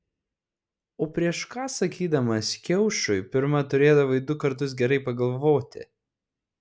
o prieš ką sakydamas kiaušui pirma turėdavai du kartus gerai pagalvoti